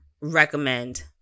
recommend